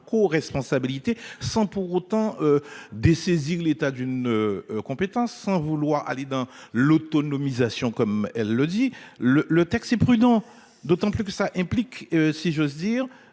sans pour autant dessaisir l'état d'une compétence sans vouloir aller dans l'autonomisation comme elle le dit le le texte prudent, d'autant plus que ça implique, si j'ose dire.